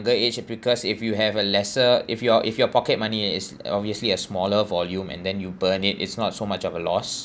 age because if you have a lesser if your if your pocket money is obviously a smaller volume and then you burn it it's not so much of a loss